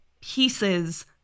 pieces